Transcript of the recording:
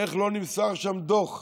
איך לא נמסר שם דוח?